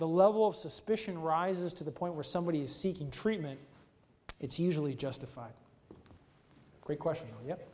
the level of suspicion rises to the point where somebody is seeking treatment it's usually justified quest